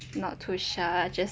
not too sure just